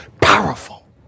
powerful